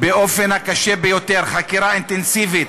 באופן הקשה ביותר, חקירה אינטנסיבית.